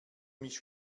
mich